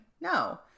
No